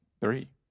Three